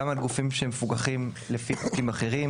על גופים שהם מפוקחים לפי חוקים אחרים,